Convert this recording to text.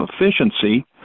efficiency